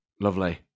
lovely